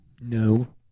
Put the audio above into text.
No